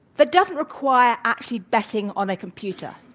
that doesn't require actually betting on a computer.